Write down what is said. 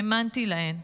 האמנתי להן.